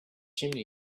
chimney